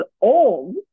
old